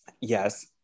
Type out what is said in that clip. yes